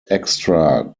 extra